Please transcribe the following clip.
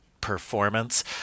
performance